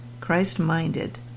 Christ-minded